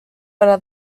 para